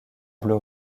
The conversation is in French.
bleu